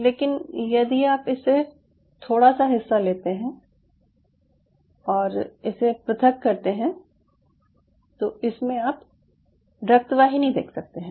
लेकिन यदि आप इससे थोड़ा सा हिस्सा लेते हैं और इसे पृथक करते हैं तो इसमें आप रक्त वाहिनी देख सकते हैं